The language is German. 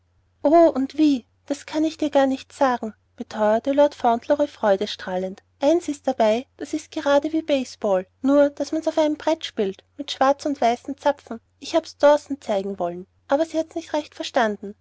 und wie das kann ich dir gar nicht sagen beteuerte lord fauntleroy freudestrahlend eins ist dabei das ist gerade wie base ball nur daß man's auf einem brett spielt mit schwarz und weißen zapfen ich hab's dawson zeigen wollen aber sie hat's nicht recht verstanden